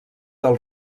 del